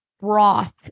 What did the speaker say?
broth